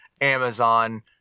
Amazon